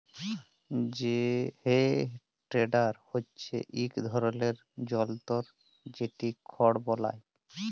হে টেডার হচ্যে ইক ধরলের জলতর যেট খড় বলায়